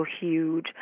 huge